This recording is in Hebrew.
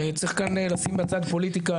צריך כאן לשים בצד פוליטיקה,